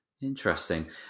Interesting